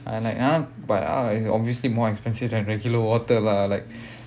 and like uh but obviously more expensive thaan regular water lah like